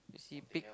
see pick